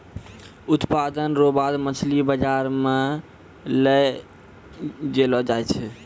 उत्पादन रो बाद मछली बाजार मे लै जैलो जाय छै